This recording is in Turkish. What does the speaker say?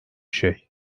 şey